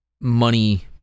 money